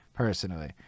Personally